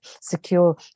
secure